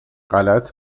غلط